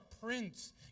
prince